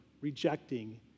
rejecting